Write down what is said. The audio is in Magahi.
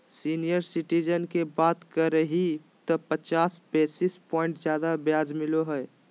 सीनियर सिटीजन के बात करही त पचास बेसिस प्वाइंट ज्यादा ब्याज मिलो हइ